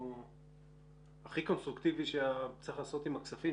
הכי קונסטרוקטיבי שצריך לעשות עם הכספים.